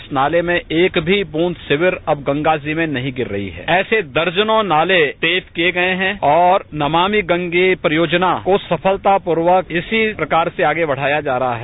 इस नाले में एक भी बूंद सीकर अब गंगाजी में नहीं गिर रहा हैं ऐसे दर्जनों नाले टेप किये गये है और नमानि गंगे परियोजना को सफलतापूर्वक इसी प्रकार से आगे बढ़ाया जा रहा है